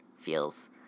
feels